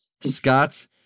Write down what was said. Scott